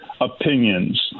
opinions